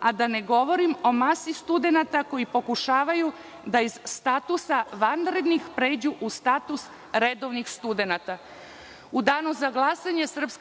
a da ne govorim o masi studenata koji pokušavaju da iz statusa vanrednih pređu u status redovnih studenata?U danu za glasanje SNS